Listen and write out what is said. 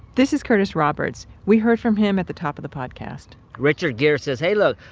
this is curtis roberts, we heard from him at the top of the podcast richard gere says, hey look,